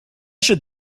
should